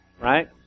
right